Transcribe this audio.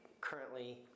currently